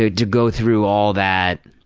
to go through all that.